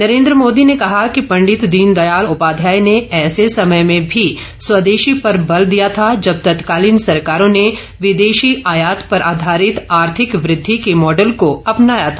नरेंद्र मोदी ने कहा कि पंडित दीनदयाल उपाध्याय ने ऐसे समय में भी स्वदेशी पर बल दिया था जब तत्कालीन सरकारों ने विदेशी आयात पर आधारित आर्थिक वृद्धि के मॉडल को अपनाया था